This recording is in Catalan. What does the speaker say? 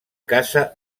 casa